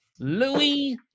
Louis